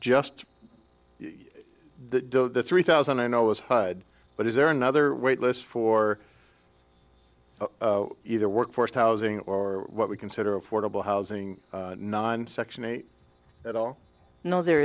just the three thousand i know is hyde but is there another wait list for either workforce housing or what we consider affordable housing nine section eight at all no there